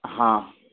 हँ